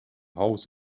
holes